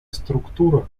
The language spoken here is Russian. структура